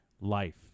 life